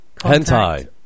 Hentai